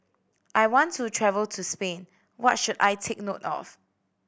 I want to travel to Spain what should I take note of